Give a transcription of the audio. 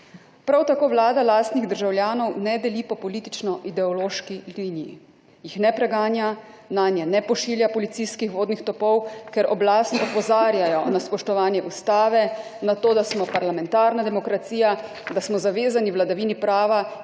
Prav tako Vlada lastnih državljanov ne deli po politično ideološki liniji, jih ne preganja, nanje ne pošilja policijskih vodnih topov, ker oblast opozarjajo na spoštovanje ustave, na to, da smo parlamentarna demokracija, da smo zavezani vladavini prava in